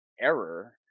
error